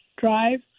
drive